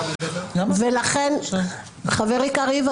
חברי קריב,